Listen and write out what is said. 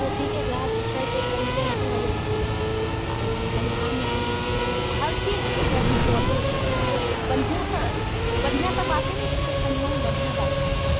कोबीके गाछ छै तऽ एकदम सँ अथि भऽ जाइ छै आओर ठंडामे हर चीज ओकरा दिक्कोते छै बढ़िऑं तऽ बढ़िऑं तऽ बाते नहि छै किछु ठंडामे बढ़िऑं बात रहते